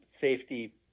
Safety